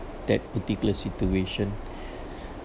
that particular situation